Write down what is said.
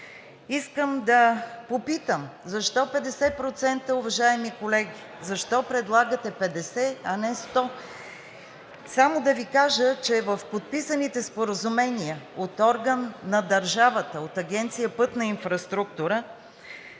Искам да попитам: защо 50%, уважаеми колеги? Защо предлагате 50, а не 100? Само да Ви кажа, че в подписаните споразумения от орган на държавата от Агенция „Пътна инфраструктура“